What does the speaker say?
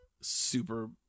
super